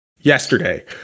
yesterday